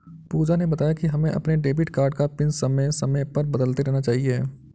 पूजा ने बताया कि हमें अपने डेबिट कार्ड का पिन समय समय पर बदलते रहना चाहिए